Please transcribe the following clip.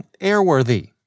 airworthy